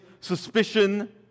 suspicion